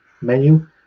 menu